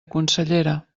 consellera